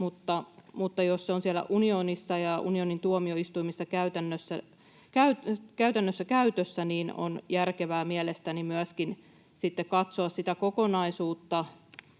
niin jos se on unionissa ja unionin tuomioistuimissa käytännössä käytössä, on järkevää mielestäni myöskin sitten katsoa sitä kokonaisuutta.